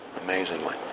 amazingly